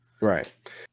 Right